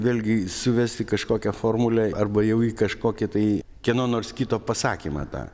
vėlgi suvest į kažkokią formulę arba jau į kažkokį tai kieno nors kito pasakymą tą